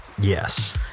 Yes